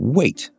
wait